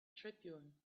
tribune